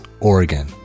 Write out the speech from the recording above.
Oregon